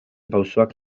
pausoak